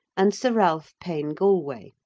and sir ralph payne-gallwey.